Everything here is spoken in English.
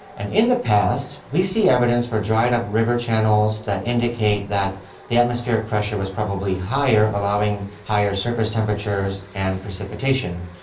and in the past we see evidence for dried-up river channels that indicate that the atmospheric pressure was probably higher, allowing higher surface temperatures and precipitation.